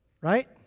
right